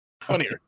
funnier